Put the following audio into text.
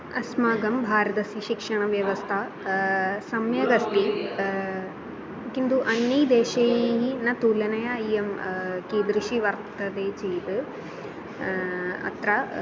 अस्माकं भारतस्य शिक्षणव्यवस्था सम्यगस्ति किन्तु अन्यैः देशैः न तुलनया इयं कीदृशी वर्तते चेत् अत्र